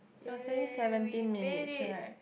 they were saying seventeen minutes right